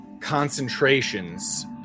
concentrations